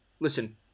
listen